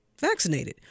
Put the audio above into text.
vaccinated